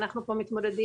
אנחנו כבר מתמודדים